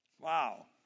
Wow